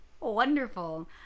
Wonderful